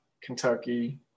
Kentucky